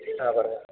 ആ പറഞ്ഞോ